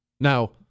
Now